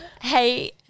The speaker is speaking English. Hey